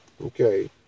okay